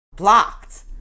Blocked